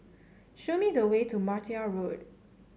show me the way to Martia Road